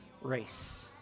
race